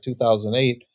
2008